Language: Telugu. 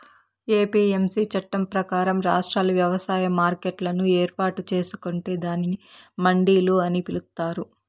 ఎ.పి.ఎమ్.సి చట్టం ప్రకారం, రాష్ట్రాలు వ్యవసాయ మార్కెట్లను ఏర్పాటు చేసుకొంటే దానిని మండిలు అని పిలుత్తారు